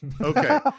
Okay